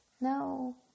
no